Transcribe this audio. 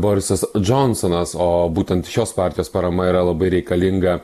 borisas džonsonas o būtent šios partijos parama yra labai reikalinga